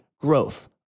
growth